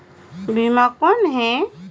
बीमा कौन है?